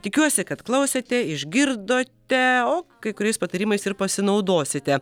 tikiuosi kad klausėte išgirdote o kai kuriais patarimais ir pasinaudosite